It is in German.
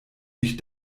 dich